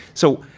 so,